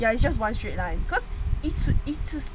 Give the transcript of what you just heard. ya it's just one straight line because it's it's